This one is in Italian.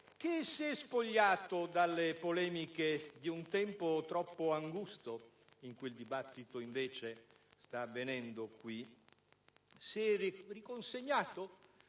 che, se spogliato dalle polemiche di un tempo troppo angusto in cui il confronto invece sta avvenendo ora, se riconsegnato